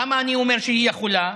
למה אני אומר שהיא יכולה?